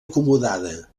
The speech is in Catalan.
acomodada